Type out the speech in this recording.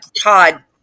Todd